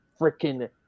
freaking